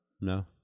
No